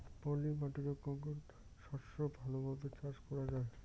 পলি মাটিতে কোন কোন শস্য ভালোভাবে চাষ করা য়ায়?